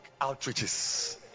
outreaches